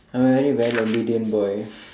I'm really very obedient boy